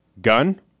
Gun